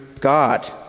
God